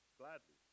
gladly